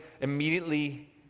immediately